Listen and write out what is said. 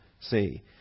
See